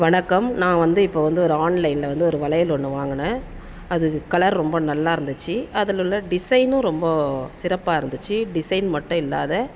வணக்கம் நான் வந்து இப்போது வந்து ஒரு ஆன்லைனில் வந்து ஒரு வளையல் ஒன்று வாங்கினேன் அது கலர் ரொம்ப நல்லா இருந்துச்சு அதில் உள்ள டிசைனும் ரொம்ப சிறப்பாக இருந்துச்சு டிசைன் மட்டும் இல்லாத